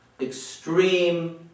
extreme